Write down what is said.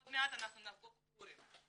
עוד מעט נחגוג פורים.